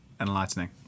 enlightening